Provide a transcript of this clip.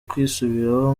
kwisubiraho